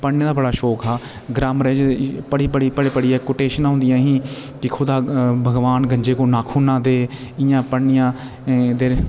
पढ़ने दा बड़ा शौक हा ग्रामर पढ़ी पढ़ी पढ़ी कुटेशन हुंदिया ही भगवान गंजे को नाख़ून ना दे इ'यां पढ़निया